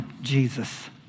Jesus